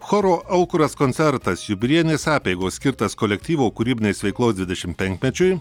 choro aukuras koncertas jubiliejinės apeigos skirtas kolektyvo kūrybinės veiklos dvidešimtpenkmečiui